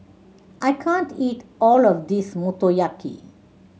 I can't eat all of this Motoyaki